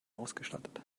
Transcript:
ausgestattet